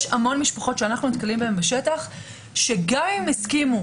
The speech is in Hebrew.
יש המון משפחות שאנחנו נתקלים בהן בשטח שגם אם הן הסכימו,